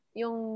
yung